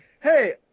Hey